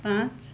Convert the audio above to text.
पाँच